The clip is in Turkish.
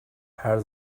her